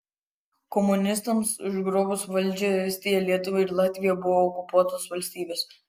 komunistams užgrobus valdžią estija lietuva ir latvija buvo okupuotos valstybės